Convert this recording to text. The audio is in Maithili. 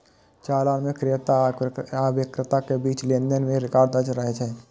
चालान मे क्रेता आ बिक्रेता के बीच लेनदेन के रिकॉर्ड दर्ज रहै छै